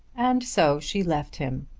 and so she left him,